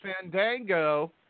Fandango